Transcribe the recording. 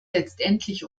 letztendlich